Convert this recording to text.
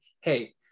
Hey